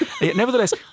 Nevertheless